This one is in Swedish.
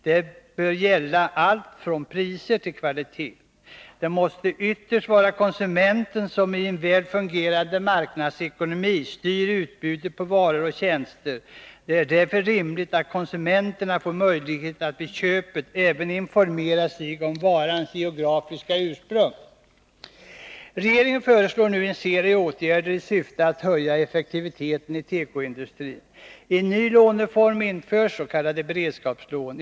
Det bör gälla allt ifrån priser till kvalitet. Det måste ytterst vara konsumenten som i en väl fungerande marknadsekonomi styr utbudet av varor och tjänster. Det är därför rimligt att konsumenterna får möjlighet att vid köpet även informera sig om varans geografiska ursprung. Regeringen föreslår nu en serie åtgärder i syfte att höja effektiviteten i tekoindustrin. En ny låneform införs, s.k. beredskapslån.